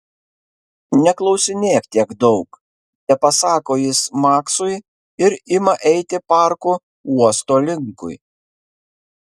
neklausinėk tiek daug tepasako jis maksui ir ima eiti parku uosto linkui